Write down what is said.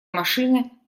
машина